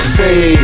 Stay